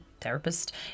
therapist